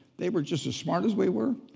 they were just as smart as we were.